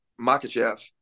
makachev